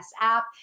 app